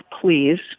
please